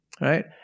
right